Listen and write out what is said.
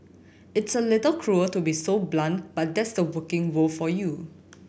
it's a little cruel to be so blunt but that's the working world for you